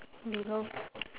below